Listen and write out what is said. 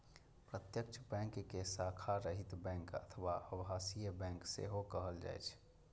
प्रत्यक्ष बैंक कें शाखा रहित बैंक अथवा आभासी बैंक सेहो कहल जाइ छै